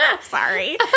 Sorry